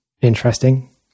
interesting